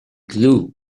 glue